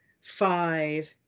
five